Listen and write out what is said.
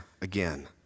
again